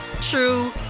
true